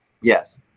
Yes